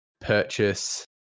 purchase